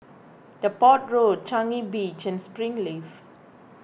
Depot Road Changi Beach and Springleaf